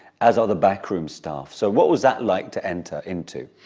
as are the backroom staff, so what was that like to enter into?